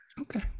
okay